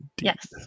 Yes